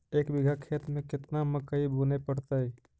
एक बिघा खेत में केतना मकई बुने पड़तै?